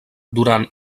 durant